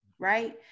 Right